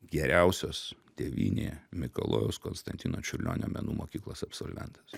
geriausios tėvynėje mikalojaus konstantino čiurlionio menų mokyklos absolventas